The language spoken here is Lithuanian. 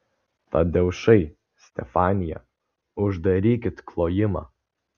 tadeušai stefanija uždarykit klojimą